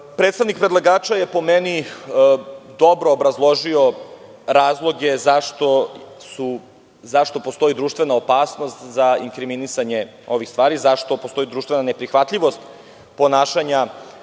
predlogu. Predstavnik predlagača je po meni dobro obrazložio razloge zašto postoji društvena opasnost za inkriminisanje ovih stvari, zašto postoji društvena neprihvatljivost ponašanja